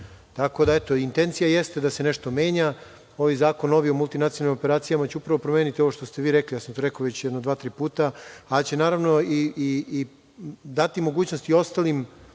kupimo nove. Intencija jeste da se nešto menja. Ovaj novi zakon o multinacionalnim operacijama će upravo promeniti ovo što ste rekli. To sam rekao već dva, tri puta, ali će naravno dati mogućnost i ostalim